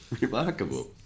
remarkable